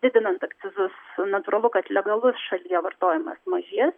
didinant akcizus natūralu kad legalus šalyje vartojimas mažės